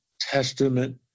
Testament